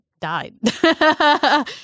died